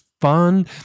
fun